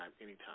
anytime